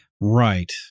right